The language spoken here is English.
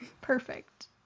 Perfect